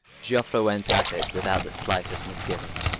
joffre went at it without the slightest misgiving.